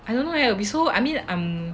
I don't know eh I will be so I mean I'm